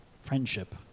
friendship